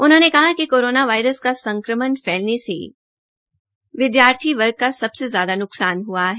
उन्होंने कहा कि कोरोना वायरस का संकमण फैलने से विद्यार्थी वर्ग का सबसे ज्यादा नुकसान हुआ है